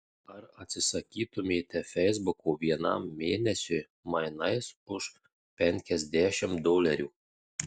ar atsisakytumėte feisbuko vienam mėnesiui mainais už penkiasdešimt dolerių